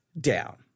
Down